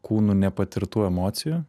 kūnu nepatirtų emocijų